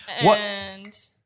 And-